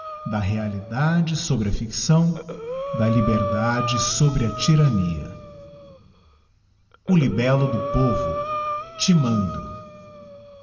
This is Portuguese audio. da realidade sobre a ficção da liberdade sobre a tirania libello do